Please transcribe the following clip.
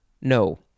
No